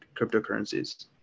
cryptocurrencies